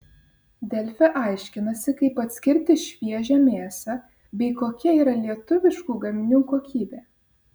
delfi aiškinasi kaip atskirti šviežią mėsą bei kokia yra lietuviškų gaminių kokybė